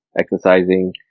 exercising